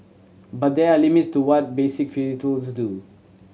but there are limits to what basic filters do